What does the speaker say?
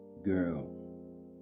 Girl